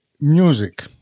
music